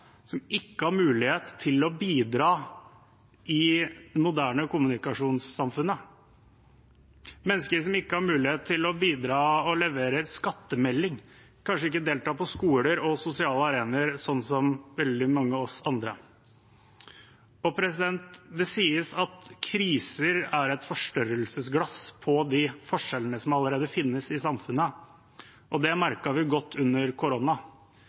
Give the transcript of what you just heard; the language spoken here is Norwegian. som ikke har mulighet til å delta i det moderne kommunikasjonssamfunnet, mennesker som ikke har mulighet til å bidra og f.eks. levere skattemelding, kanskje ikke delta på skoler og sosiale arenaer, sånn som veldig mange av oss andre. Det sies at kriser er et forstørrelsesglass på de forskjellene som allerede finnes i samfunnet. Det merket vi godt under